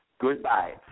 Goodbye